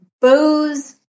booze